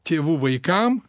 tėvų vaikam